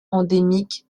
endémique